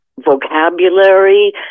vocabulary